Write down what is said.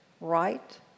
right